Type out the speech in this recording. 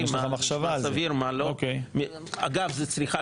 זה נכון, הוא יכול לבקש מחבר